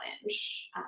challenge